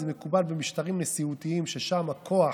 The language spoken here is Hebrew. זה מקובל במשטרים נשיאותיים, ששם הכוח